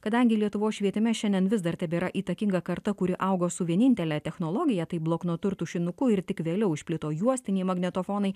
kadangi lietuvos švietime šiandien vis dar tebėra įtakinga karta kuri augo su vienintele technologija tai bloknotu ir tušinuku ir tik vėliau išplito juostiniai magnetofonai